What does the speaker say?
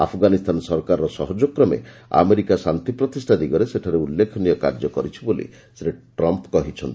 ଆଫଗାନିସ୍ତାନ ସରକାରର ସହଯୋଗ କ୍ରମେ ଆମେରିକା ଶାନ୍ତି ପ୍ରତିଷ୍ଠା ଦିଗରେ ସେଠାରେ ଉଲ୍ଲେଖନୀୟ କାର୍ଯ୍ୟ କରିଛି ବୋଲି ଶ୍ରୀ ଟ୍ରମ୍ପ୍ କହିଛନ୍ତି